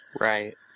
Right